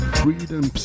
freedom